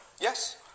Yes